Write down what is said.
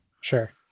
Sure